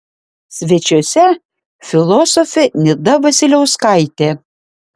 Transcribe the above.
svečiuose filosofė nida vasiliauskaitė